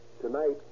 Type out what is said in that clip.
Tonight